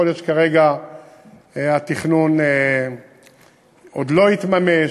יכול להיות שכרגע התכנון עוד לא יתממש,